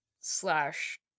slash